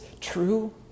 true